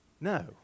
No